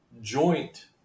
joint